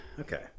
Okay